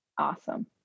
Awesome